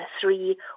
three